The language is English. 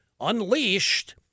unleashed